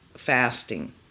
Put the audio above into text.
fasting